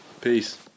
Peace